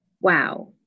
Wow